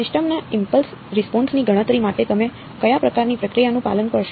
system ના impulse response ની ગણતરી માટે તમે કયા પ્રકારની પ્રક્રિયાનું પાલન કરશો